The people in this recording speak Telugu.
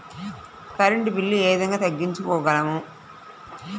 కరెంట్ బిల్లు ఏ విధంగా తగ్గించుకోగలము?